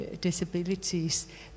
disabilities